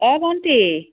অঁ ভন্টী